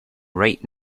right